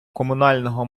комунального